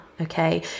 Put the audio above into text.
Okay